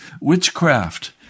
Witchcraft